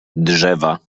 drzewa